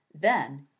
Then